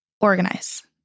organize